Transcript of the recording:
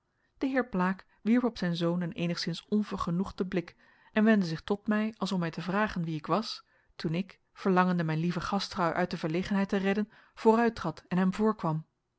de heer blaek wierp op zijn zoon een eenigszins onvergenoegden blik en wendde zich tot mij als om mij te vragen wie ik was toen ik verlangende mijn lieve gastvrouw uit de verlegenheid te redden vooruittrad en hem voorkwam